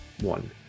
One